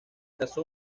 casó